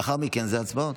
לאחר מכן הצבעות.